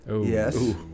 Yes